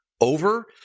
over